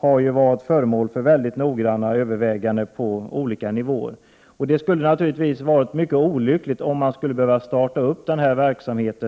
Den har varit föremål för noggranna överväganden på olika nivåer. Det skulle naturligtvis ha varit mycket olyckligt om man behövt starta denna verksamhet